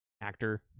actor